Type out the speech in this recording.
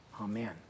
Amen